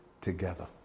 together